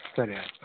ಸರಿ ಆಯಿತು